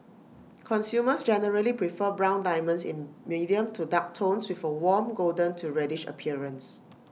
consumers generally prefer brown diamonds in medium to dark tones with A warm golden to reddish appearance